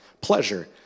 pleasure